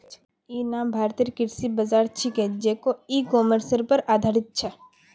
इ नाम भारतेर कृषि बाज़ार छिके जेको इ कॉमर्सेर पर आधारित छ